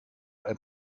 ein